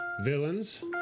villains